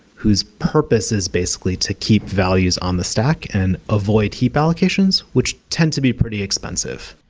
whose purpose is basically to keep values on the stack and avoid heap allocations, which tend to be pretty expensive.